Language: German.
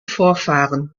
vorfahren